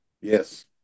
Yes